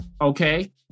Okay